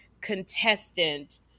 contestant